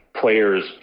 players